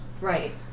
Right